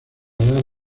dar